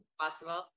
possible